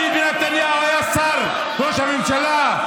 ביבי נתניהו היה ראש הממשלה.